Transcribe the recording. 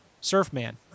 Surfman